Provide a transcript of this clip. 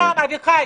אביחי,